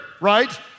right